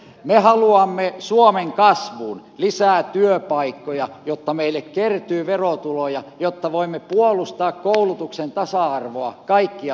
me haluamme suomen kasvuun lisää työpaikkoja jotta meille kertyy verotuloja jotta voimme puolustaa koulutuksen tasa arvoa kaikkialla maassa